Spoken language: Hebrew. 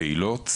פעילות.